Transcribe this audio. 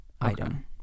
item